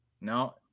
No